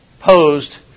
posed